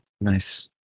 nice